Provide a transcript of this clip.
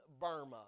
Burma